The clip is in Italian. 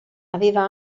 aveva